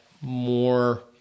more